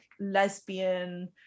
lesbian